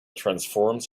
transforms